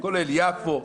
כולל יפו,